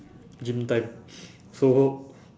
gym time so